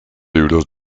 libros